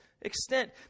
extent